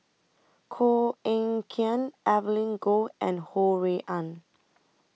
Koh Eng Kian Evelyn Goh and Ho Rui An